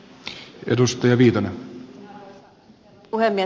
arvoisa herra puhemies